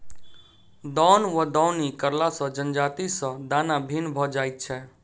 दौन वा दौनी करला सॅ जजाति सॅ दाना भिन्न भ जाइत छै